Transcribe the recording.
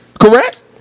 Correct